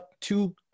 Two